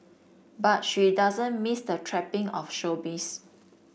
but she doesn't miss the trapping of showbiz